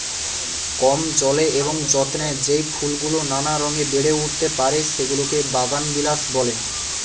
কম জলে এবং যত্নে যেই ফুলগুলো নানা রঙে বেড়ে উঠতে পারে, সেগুলোকে বাগানবিলাস বলে